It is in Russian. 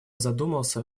задумался